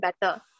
better